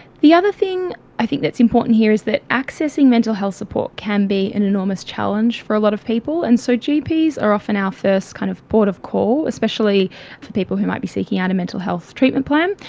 the other thing i think that's important here is that accessing mental health support can be an enormous challenge for a lot of people, and so gps are often our first kind of port of call, especially for people who might be seeking out a mental health treatment plant.